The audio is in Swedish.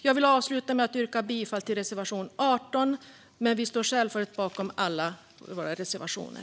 Jag vill avsluta med att yrka bifall endast till reservation 18, men vi står självfallet bakom alla våra reservationer.